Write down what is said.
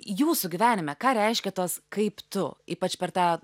jūsų gyvenime ką reiškia tos kaip tu ypač per tą